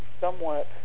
somewhat